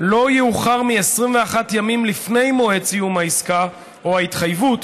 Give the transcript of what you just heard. לא יאוחר מ-21 ימים לפני מועד סיום העסקה או ההתחייבות,